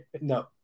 no